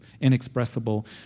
inexpressible